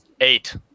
eight